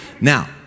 Now